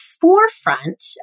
forefront